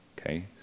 Okay